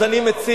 אז אני מציע,